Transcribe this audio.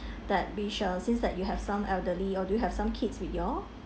that we shall since like you have some elderly or do you have some kids with y'all